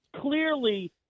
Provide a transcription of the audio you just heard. Clearly